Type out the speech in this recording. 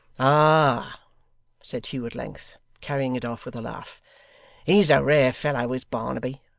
ah said hugh at length, carrying it off with a laugh he's a rare fellow is barnaby,